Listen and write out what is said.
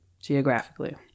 geographically